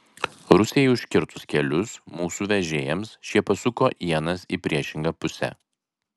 rusijai užkirtus kelius mūsų vežėjams šie pasuko ienas į priešingą pusę